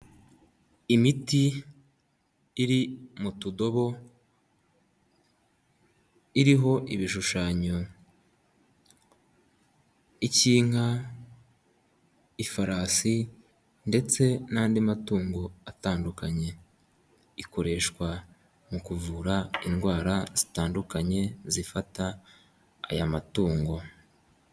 Imiti iri mu tudobo iriho ibishushanyo ik'inka, ifarasi ndetse n'andi matungo atandukanye. Ikoreshwa mu kuvura indwara zitandukanye zifata aya matungo.